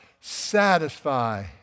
satisfy